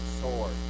Sword